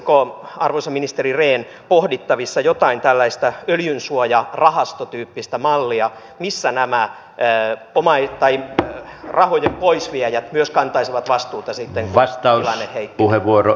olisiko arvoisa ministeri rehn pohdittavissa jotain öljynsuojarahastotyyppistä mallia missä nämä rahojen poisviejät myös kantaisivat vastuuta sitten kun tilanne heikkenee